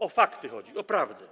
O fakty chodzi, o prawdę.